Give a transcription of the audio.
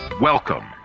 Welcome